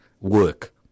work